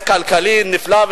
יועץ כלכלי נפלא,